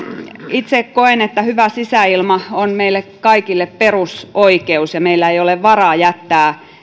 itse koen että hyvä sisäilma on meille kaikille perusoikeus ja meillä ei ole varaa jättää